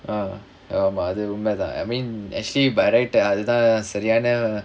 ஆமா அது உண்மதான்:aamaa athu unmathaan I mean actually by right அது தான் சரியான:athu thaan sariyaana